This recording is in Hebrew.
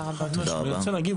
נעמה